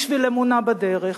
בשביל אמונה בדרך.